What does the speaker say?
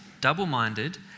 double-minded